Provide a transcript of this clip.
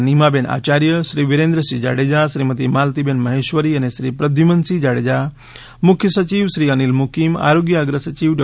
નીમાબેન આચાર્ય શ્રી વિરેન્દ્રસિંહ જાડેજા શ્રીમતી માલતીબેન મહેશ્વરી અને શ્રીપ્રધ્યુમનસિંહ જાડેજા મુખ્ય સચિવ શ્રી અનિલ મુકીમ આરોગ્ય અગ્ર સચિવ ડૉ